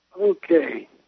Okay